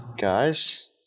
guys